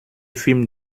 film